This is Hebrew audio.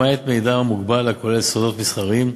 למעט מידע מוגבל הכולל סודות מסחריים.